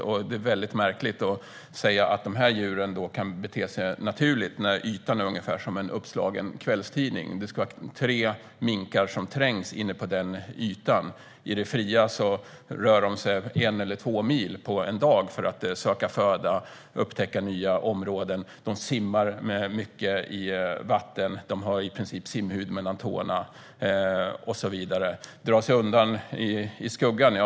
Det är väldigt märkligt att säga att de här djuren kan bete sig naturligt när ytan är ungefär så stor som en uppslagen kvällstidning och det ska vara tre minkar som trängs inne på den ytan. I det fria rör de sig en eller två mil på en dag för att söka föda och upptäcka nya områden. De simmar mycket i vatten, de har i princip simhud mellan tårna och så vidare. Kan de dra sig undan i skuggan?